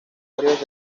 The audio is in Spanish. varios